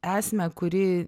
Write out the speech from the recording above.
esmę kuri